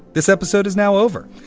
this episode is now over.